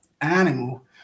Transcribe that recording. animal